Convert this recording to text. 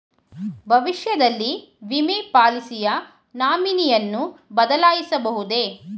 ಭವಿಷ್ಯದಲ್ಲಿ ವಿಮೆ ಪಾಲಿಸಿಯ ನಾಮಿನಿಯನ್ನು ಬದಲಾಯಿಸಬಹುದೇ?